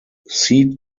seed